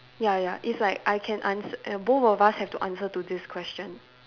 ya ya it's like I can ans~ both of us have to answer to this question